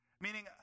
Meaning